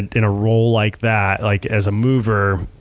in a role like that, like as a mover,